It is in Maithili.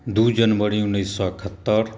दू जनवरी उन्नैस सए एकहत्तरि